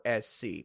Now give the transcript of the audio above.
SC